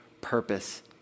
purpose